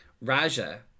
Raja